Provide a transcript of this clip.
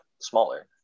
smaller